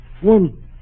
One